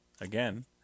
again